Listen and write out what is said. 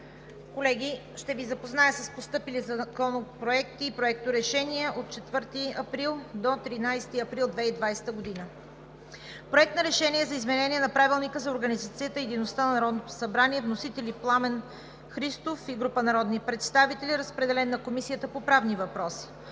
Колеги, ще Ви запозная с постъпилите законопроекти и проекторешения от 4 до 13 април 2020 г.: Проект на решение за изменение на Правилника за организацията и дейността на Народното събрание. Вносители: Пламен Христов и група народни представители, разпределен на Комисията по правни въпроси.